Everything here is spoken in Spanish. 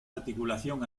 articulación